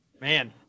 man